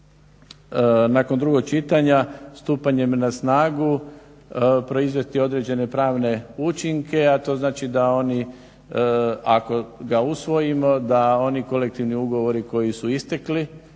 nakon drugog čitanja stupanjem na snagu proizvesti određene pravne učinke, a to znači da oni ako ga usvojimo da oni kolektivni ugovori koji su istekli,